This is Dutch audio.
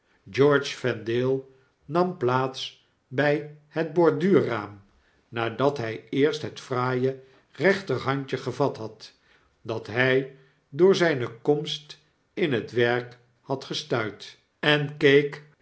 george vendale nam plaats bj het borduurraam nadat h j eerst het fraaie rechterhandje gevat had dat hjj door zgne komst in het werk had gestuit en